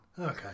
Okay